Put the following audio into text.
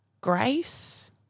grace